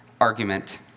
argument